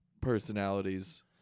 personalities